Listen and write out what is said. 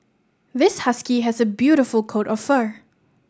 this husky has a beautiful coat of fur